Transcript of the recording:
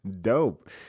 Dope